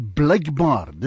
blijkbaar